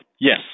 yes